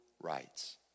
rights